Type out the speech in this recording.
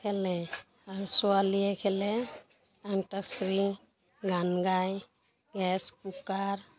খেলে আৰু ছোৱালীয়ে খেলে অন্ত আক্ষৰি গান গায় গেছ কুকাৰ